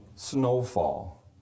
snowfall